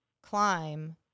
Climb